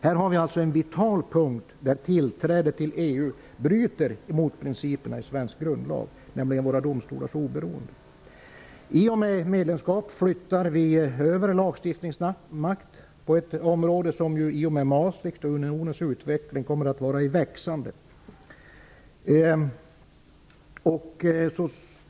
Här har vi alltså en vital punkt där tillträde till EU bryter mot principerna i svensk grundlag, nämligen våra domstolars obeorende. I och med medlemskap flyttar vi över lagstiftningsmakt på ett område som i och med Maastrichtavtalet och unionens utveckling kommer att vara i växande.